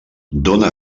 dóna